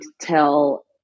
tell